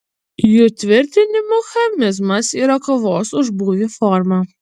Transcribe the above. jų tvirtinimu chamizmas yra kovos už savo būvį forma